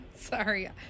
Sorry